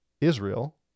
Israel